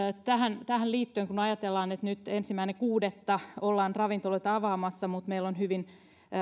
tähän tähän liittyen kun ajatellaan että nyt ensimmäinen kuudetta ollaan ravintoloita avaamassa mutta meillä on hyvin